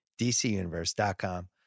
dcuniverse.com